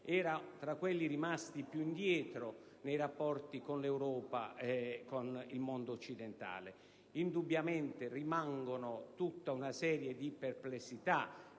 era tra quelli rimasti più indietro nei rapporti con l'Europa e con il mondo occidentale. Indubbiamente, rimangono una serie di perplessità